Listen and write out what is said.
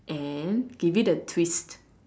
and give it a twist